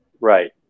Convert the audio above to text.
right